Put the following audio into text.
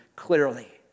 Clearly